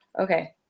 Okay